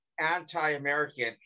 anti-American